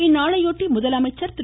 இந்நாளையொட்டி முதலமைச்சர் திரு